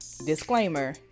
Disclaimer